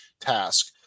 task